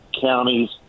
counties